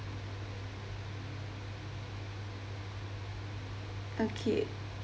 okay